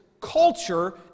culture